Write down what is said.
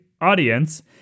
audience